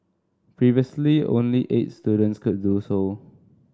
previously only eight students could do so